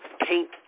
paint